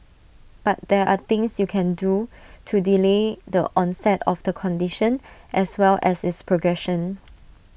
but there are things you can do to delay the onset of the condition as well as its progression